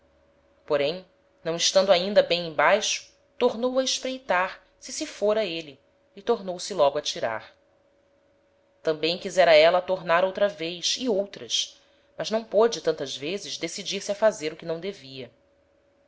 porém não estando ainda bem em baixo tornou a espreitar se se fôra êle e tornou-se logo a tirar tambem quisera éla tornar outra vez e outras mas não pôde tantas vezes decidir-se a fazer o que não devia